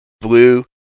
blue